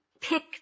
pick